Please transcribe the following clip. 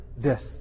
death